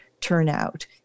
turnout